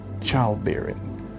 childbearing